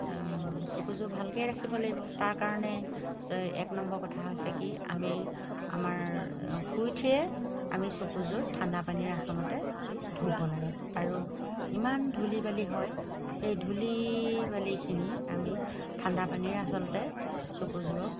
চকুযোৰ ভালকৈ ৰাখিব লাগিব তাৰ কাৰণে এই এক নম্বৰ কথা হৈছে কি আমি আমাৰ শুই উঠিয়ে আমি চকুযোৰ ঠাণ্ডা পানীৰে আচলতে ধুব লাগে আৰু ইমান ধূলি বালি হয় সেই ধূলি বালিখিনি আমি ঠাণ্ডা পানীৰে আচলতে চকুযোৰক